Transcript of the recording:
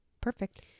perfect